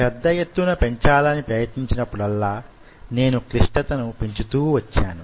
పెద్దయెత్తున పెంచాలని ప్రయత్నించినప్పుడల్లా నేను క్లిష్టతను పెంచుతూ వచ్చాను